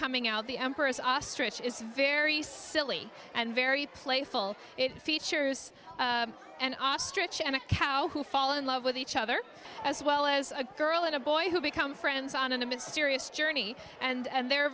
coming out the emperor's ostrich is very silly and very playful it features an ostrich and a cow who fall in love with each other as well as a girl and a boy who become friends on a mysterious journey and they're